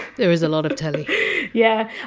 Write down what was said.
there is a lot of telly yeah.